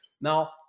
Now